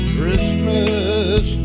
Christmas